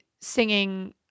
singing